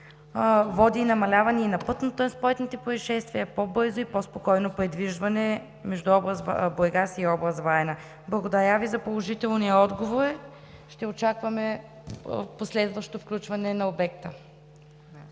до намаляване на пътно-транспортните произшествия, до по-бързо и по спокойно придвижване между област Бургас и област Варна. Благодаря за положителния отговор. Ще окачваме последващо включване на обекта.